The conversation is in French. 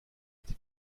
été